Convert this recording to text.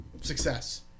success